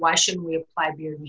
why should we have five years